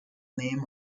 name